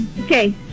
okay